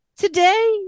today